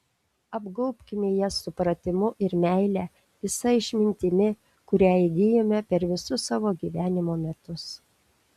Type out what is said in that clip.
apgaubkime jas supratimu ir meile visa išmintimi kurią įgijome per visus savo gyvenimo metus